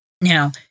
Now